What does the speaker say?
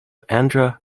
andhra